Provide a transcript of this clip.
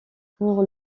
pour